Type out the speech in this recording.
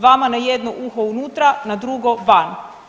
Vama na jedno uho unutra, na drugo van.